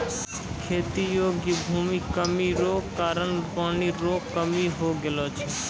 खेती योग्य भूमि कमी रो कारण पानी रो कमी हो गेलौ छै